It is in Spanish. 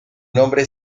nombre